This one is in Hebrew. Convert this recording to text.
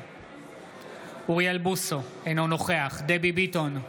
נגד אוריאל בוסו, אינו נוכח דבי ביטון,